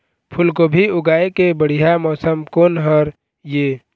फूलगोभी उगाए के बढ़िया मौसम कोन हर ये?